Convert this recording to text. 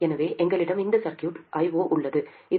எனவே எங்களிடம் இந்த சர்க்யூட் I0 உள்ளது இது 2